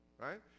Right